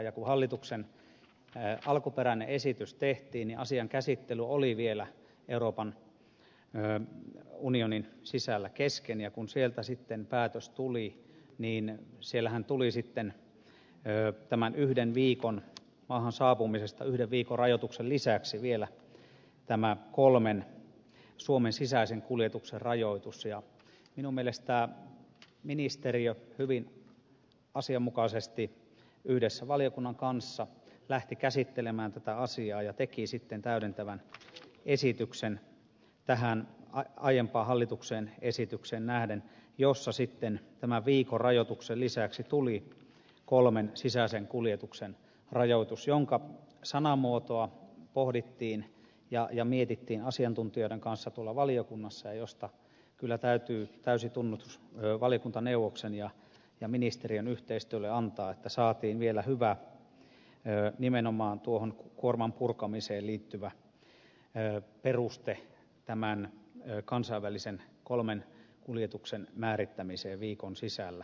kun hallituksen alkuperäinen esitys tehtiin niin asian käsittely oli vielä euroopan unionin sisällä kesken ja kun sieltä sitten päätös tuli niin siellähän tuli sitten tämän yhden viikon maahan saapumisen rajoituksen lisäksi vielä tämä kolmen suomen sisäisen kuljetuksen rajoitus ja minun mielestäni ministeriö hyvin asianmukaisesti yhdessä valiokunnan kanssa lähti käsittelemään tätä asiaa ja teki sitten täydentävän esityksen tähän aiempaan hallituksen esitykseen nähden jossa sitten tämän viikon rajoituksen lisäksi tuli kolmen sisäisen kuljetuksen rajoitus jonka sanamuotoa pohdittiin ja mietittiin asiantuntijoiden kanssa tuolla valiokunnassa ja siitä kyllä täytyy täysi tunnustus valiokuntaneuvoksen ja ministeriön yhteistyölle antaa että saatiin vielä hyvä nimenomaan tuohon kuorman purkamiseen liittyvä peruste tämän kansainvälisen kolmen kuljetuksen määrittämiseen viikon sisällä